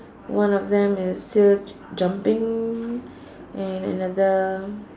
one of them is still jumping and another